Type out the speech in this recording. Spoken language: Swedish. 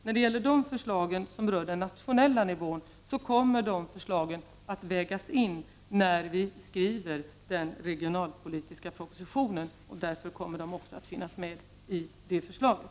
När det gäller de förslag som rör den nationella nivån kommer dessa att vägas in när vi skriver den regionalpolitiska propositionen, och därför kommer de också att finnas med i det förslaget.